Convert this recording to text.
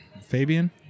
Fabian